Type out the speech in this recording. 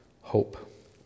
hope